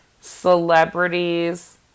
celebrities